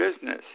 business